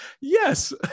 Yes